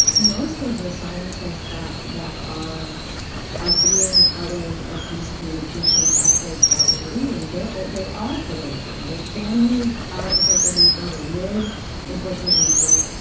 most of the scientists that that are are being part of of these communication efforts that we're leading ah they are puerto rican. their families are in puerto rico. they live in puerto rico.